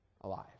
alive